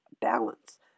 balance